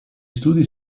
studi